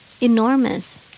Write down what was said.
enormous